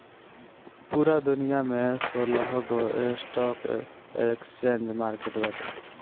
पूरा दुनिया में सोलहगो स्टॉक एक्सचेंज मार्किट बाटे